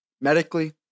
Medically